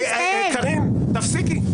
קארין, תפסיקי.